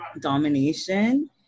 domination